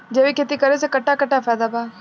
जैविक खेती करे से कट्ठा कट्ठा फायदा बा?